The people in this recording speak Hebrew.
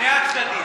שני הצדדים.